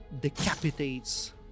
decapitates